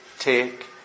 take